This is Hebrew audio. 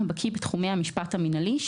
הבקיא בתחומי המשפט המינהלי,